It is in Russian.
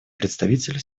представителю